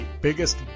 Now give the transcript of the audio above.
biggest